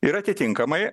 ir atitinkamai